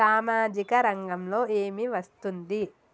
సామాజిక రంగంలో ఏమి వస్తుంది?